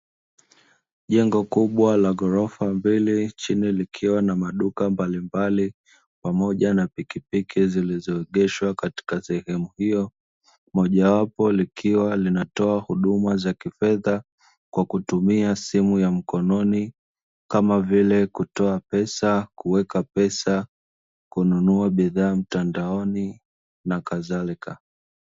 Jengo kubwa la ghorofa mbele chini likiwa na maduka mbalimbali, pamoja na pikipiki zilizogeshwa katika sehemu hiyo, mojawapo likiwa linatoa huduma za kifedha kwa kutumia simu ya mkononi kama vile; kutoa pesa, kuweka pesa, kununua bidhaa mtandaoni na kadhalika.